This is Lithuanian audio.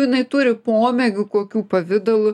jinai turi pomėgių kokiu pavidalu